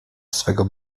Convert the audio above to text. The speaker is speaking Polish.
swego